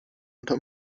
unter